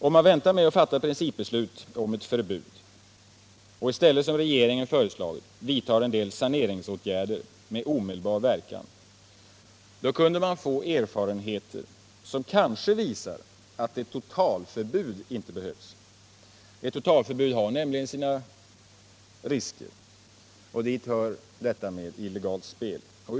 Om man väntar med att fatta principbeslut om ett förbud och i stället, som regeringen föreslagit, vidtar en del saneringsåtgärder med omedelbar verkan, kunde man få erfarenheter som kanske visar att ett totalförbud inte behövs. Ett totalförbud har nämligen sina risker. Dit hör risken för illegalt spel.